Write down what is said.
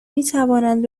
میتوانند